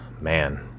man